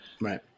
Right